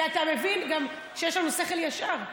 כי אתה מבין שיש לנו שכל ישר.